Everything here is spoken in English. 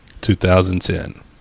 2010